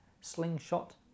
slingshot